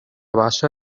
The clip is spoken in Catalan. baixa